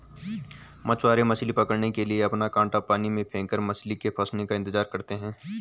मछुआरे मछली पकड़ने के लिए अपना कांटा पानी में फेंककर मछली के फंसने का इंतजार करते है